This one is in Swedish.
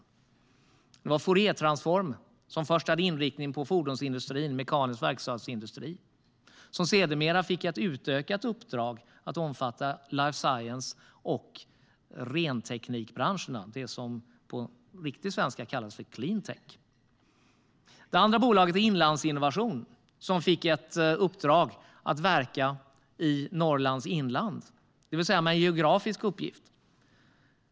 Det ena bolaget är Fouriertransform, som först var inriktat på fordonsindustri och mekanisk verkstadsindustri men sedermera fick ett utökat uppdrag att omfatta branscherna life science och ren teknik - det som på riktig svenska kallas cleantech. Det andra bolaget är Inlandsinnovation, som fick ett uppdrag att verka i Norrlands inland. Det var alltså en geografisk uppgift.